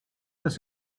does